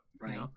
Right